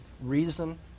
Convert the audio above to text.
reason